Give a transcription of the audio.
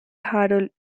harold